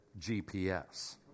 GPS